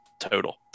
total